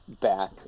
back